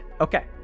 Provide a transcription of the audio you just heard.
okay